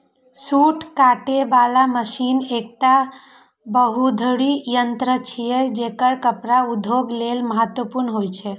सूत काटे बला मशीन एकटा बहुधुरी यंत्र छियै, जेकर कपड़ा उद्योग लेल महत्वपूर्ण होइ छै